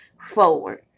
forward